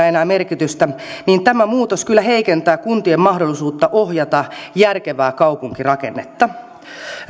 enää merkitystä niin tämä muutos kyllä heikentää kuntien mahdollisuutta ohjata järkevää kaupunkirakennetta